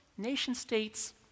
Nation-states